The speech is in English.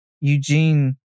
Eugene